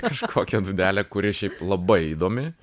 kažkokią dūdelę kuri šiaip labai įdomi